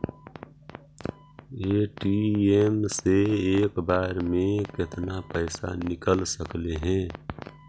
ATM से एक बार मे केतना पैसा निकल सकले हे?